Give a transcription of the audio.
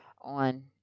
on